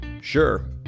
Sure